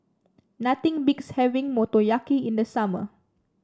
nothing beats having Motoyaki in the summer